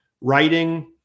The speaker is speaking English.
writing